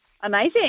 Amazing